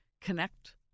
connect